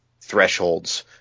thresholds